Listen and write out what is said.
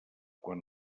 quan